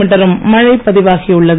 மீட்டரும் மழை பதிவாகியுள்ளது